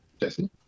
Jesse